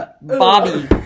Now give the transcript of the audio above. Bobby